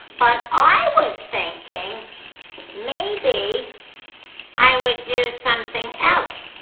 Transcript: but i was thinking maybe i would do something else.